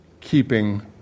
keeping